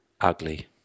ugly